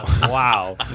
Wow